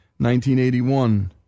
1981